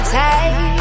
take